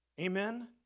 Amen